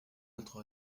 notre